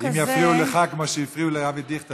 אם יפריעו לך כמו שהפריעו לאבי דיכטר,